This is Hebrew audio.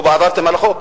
או עברתם על החוק.